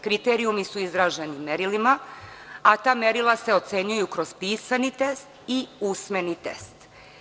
Kriterijumi su izraženi merilima, a ta merila se ocenjuju kroz pisani test i usmeni test.